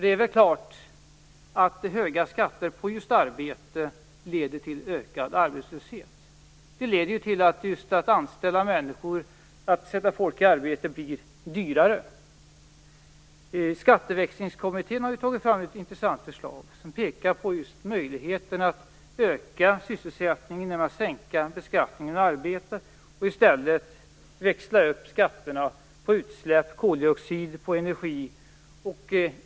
Det är väl klart att höga skatter på just arbete leder till ökad arbetslöshet. Det leder till att det blir dyrare att anställa människor, att sätta folk i arbete. Skatteväxlingskommittén har tagit fram ett intressant förslag, där man pekar på möjligheten att öka sysselsättningen genom att sänka beskattningen på arbete och i stället växla upp skatterna på utsläpp, koldioxid och energi.